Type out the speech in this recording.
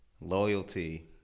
Loyalty